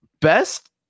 best